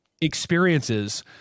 experiences